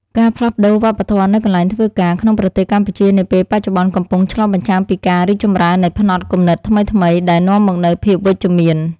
ការផ្លាស់ប្តូរវប្បធម៌នៅកន្លែងធ្វើការក្នុងប្រទេសកម្ពុជានាពេលបច្ចុប្បន្នកំពុងឆ្លុះបញ្ចាំងពីការរីកចម្រើននៃផ្នត់គំនិតថ្មីៗ ដែលនាំមកនូវភាពវិជ្ជមាន។